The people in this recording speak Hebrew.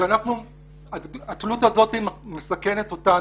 התלות הזאת מסכנת אותנו.